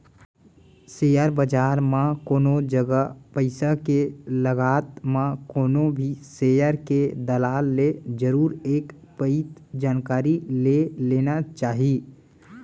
share बजार म कोनो जगा पइसा के लगात म कोनो भी सेयर के दलाल ले जरुर एक पइत जानकारी ले लेना चाही